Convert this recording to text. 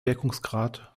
wirkungsgrad